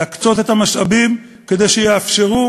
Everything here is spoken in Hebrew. להקצות את המשאבים כדי שיאפשרו